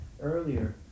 earlier